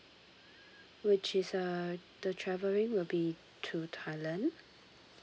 which is uh the traveling will be to thailand